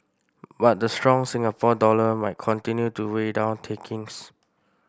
but the strong Singapore dollar might continue to weigh down takings